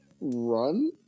run